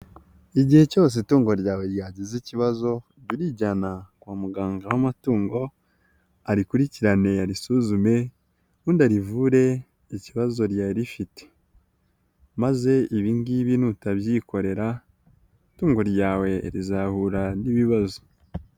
Igihe cyose itungo ryawe ryagize ikibazo jya urijyana kwa muganga w'amatungo, arikurikirane, aririsuzume ubundi arivure ikibazo ryari rifite, maze ibi ngibi nutabyikorera itungo ryawe rizahura n'ibibazo.